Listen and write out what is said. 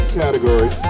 category